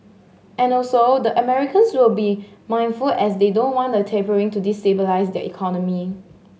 and also the Americans will be mindful as they don't want the tapering to destabilise their economy